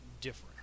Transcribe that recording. different